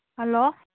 hello